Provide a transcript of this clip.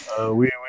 oui